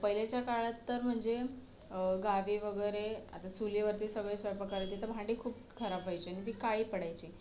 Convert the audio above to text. तर पहिलेच्या काळात तर म्हणजे गावी वगैरे आता चुलीवरती सगळे स्वयंपाक करायचे तर भांडी खूप खराब व्हायचे आणि ती काळी पडायची